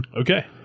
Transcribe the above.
okay